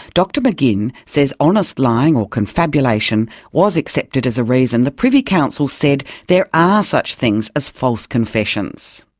dr mcginn says honest lying or confabulation was accepted as a reason. the privy council said there are such things as false confessions.